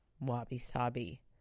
wabi-sabi